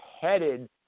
headed